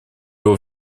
его